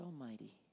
Almighty